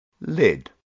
Lid